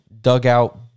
dugout